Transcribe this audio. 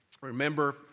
Remember